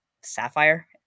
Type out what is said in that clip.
Sapphire